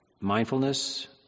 mindfulness